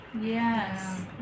Yes